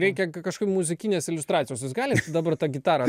reikia kažkur muzikinės iliustracijos jūs galit dabar tą gitarą